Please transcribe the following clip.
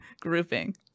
grouping